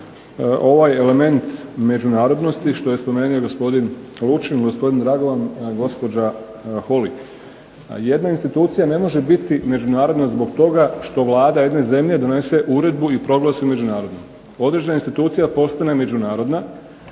ovaj element međunarodnosti, što je spomenuo gospodin Lučin, gospodin Dragovan, gospođa Holy. Jedna institucija ne može biti međunarodna zbog toga što vlada jedne zemlje donese uredbu i proglasi međunarodnom. Određena institucija postane međunarodna